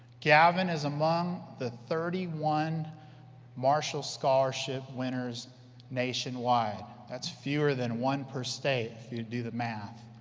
gavin is among the thirty one marshall scholarship winners nationwide that's fewer than one per state if you do the math.